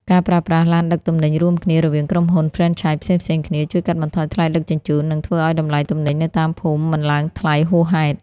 ការប្រើប្រាស់ "ឡានដឹកទំនិញរួមគ្នា" រវាងក្រុមហ៊ុនហ្វ្រេនឆាយផ្សេងៗគ្នា ជួយកាត់បន្ថយថ្លៃដឹកជញ្ជូន និងធ្វើឱ្យតម្លៃទំនិញនៅតាមភូមិមិនឡើងថ្លៃហួសហេតុ។